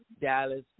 Dallas